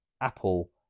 Apple